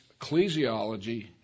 ecclesiology